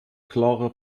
klare